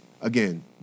again